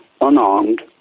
unarmed